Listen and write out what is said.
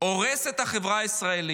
הורס את החברה הישראלית.